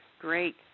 Great